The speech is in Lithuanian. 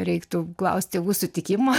reiktų klaust tėvų sutikimo